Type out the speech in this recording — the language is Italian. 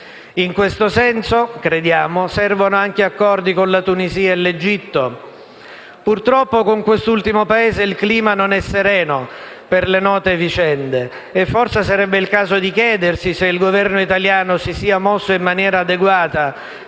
In questo senso servono anche accordi con la Tunisia e l'Egitto. Purtroppo, con quest'ultimo Paese il clima non è sereno per le note vicende e forse sarebbe il caso di chiedersi se il Governo italiano si sia mosso in maniera adeguata